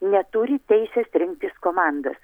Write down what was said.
neturi teisės rinktis komandos